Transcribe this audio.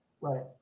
right